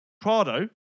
Prado